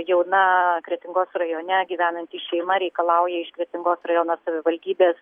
jauna kretingos rajone gyvenanti šeima reikalauja iš kretingos rajono savivaldybės